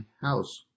house